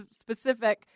specific